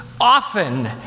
often